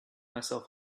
myself